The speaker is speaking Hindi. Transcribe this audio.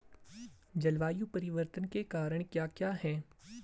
जलवायु परिवर्तन के कारण क्या क्या हैं?